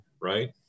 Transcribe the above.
right